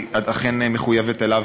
היא אכן מחויבת אליו,